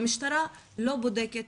המשטרה לא בודקת,